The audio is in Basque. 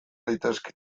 daitezke